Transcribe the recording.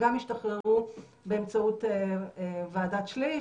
גם השתחררו באמצעות ועדת שליש,